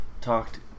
talked